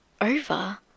over